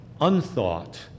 unthought